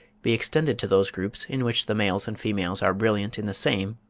be extended to those groups in which the males and females are brilliant in the same,